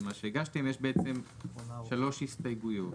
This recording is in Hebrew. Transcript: יש שלוש הסתייגויות.